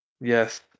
Yes